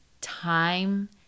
time